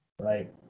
right